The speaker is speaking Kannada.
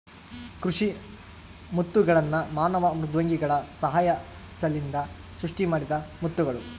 ಕೃಷಿ ಮುತ್ತುಗಳ್ನ ಮಾನವ ಮೃದ್ವಂಗಿಗಳ ಸಹಾಯಲಿಸಿಂದ ಸೃಷ್ಟಿಮಾಡಿದ ಮುತ್ತುಗುಳು